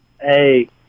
Hey